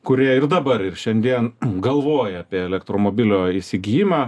kurie ir dabar ir šiandien galvoja apie elektromobilio įsigijimą